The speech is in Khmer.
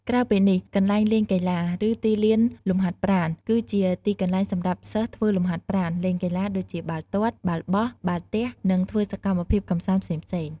ក្រៅពីនេះ កន្លែងលេងកីឡា ឬទីលានលំហាត់ប្រាណ គឺជាទីកន្លែងសម្រាប់សិស្សធ្វើលំហាត់ប្រាណ លេងកីឡា ដូចជា បាល់ទាត់ បាល់បោះ បាល់ទះ និងធ្វើសកម្មភាពកម្សាន្តផ្សេងៗ។